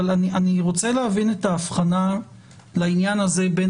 אבל אני רוצה להבין את ההבחנה לעניין הזה בין